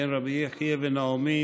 בן רבי יחיא ונעמי,